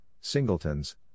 singletons